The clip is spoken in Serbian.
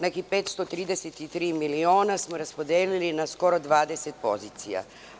Nekih 533 miliona smo raspodelili na skoro 20 pozicija.